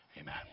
amen